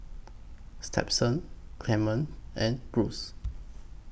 Stepsen Clemens and Bruce